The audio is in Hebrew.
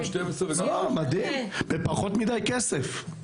בפחות מידי כסף.